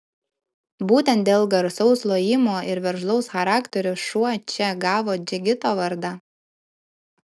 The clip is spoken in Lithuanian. būtent dėl garsaus lojimo ir veržlaus charakterio šuo čia gavo džigito vardą